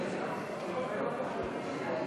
גברתי